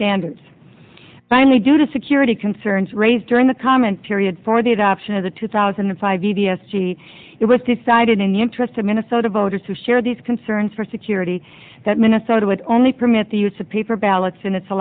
standards finally due to security concerns raised during the comment period for the adoption of the two thousand and five e d s g t it was decided in the interest of minnesota voters who shared these concerns for security that minnesota would only permit the use of paper ballots in its